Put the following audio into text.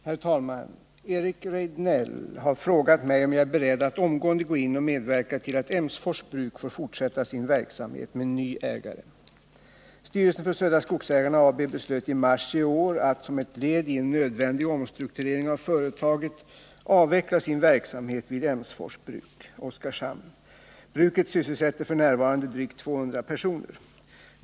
Herr talman! Eric Rejdnell har frågat mig om jag är beredd att omgående gå in och medverka till att Emsfors bruk får fortsätta sin verksamhet med ny ägare. Styrelsen för Södra Skogsägarna AB beslöt i mars i år att som ett led i en nödvändig omstrukturering av företaget avveckla sin verksamhet vid Emsfors bruk i Oskarshamn. Bruket sysselsätter f. n. drygt 200 personer.